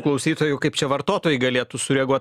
klausytojų kaip čia vartotojai galėtų sureaguot